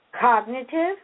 Cognitive